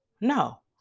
No